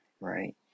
right